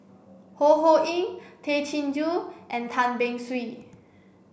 Ho Ho Ying Tay Chin Joo and Tan Beng Swee